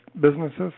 businesses